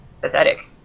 pathetic